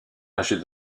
âgée